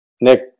nick